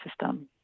system